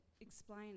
Explain